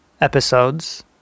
episodes